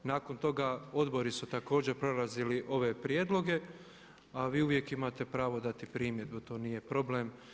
Nakon toga odbori su također prolazili ove prijedloge a vi uvijek imate pravo dati primjedbu, to nije problem.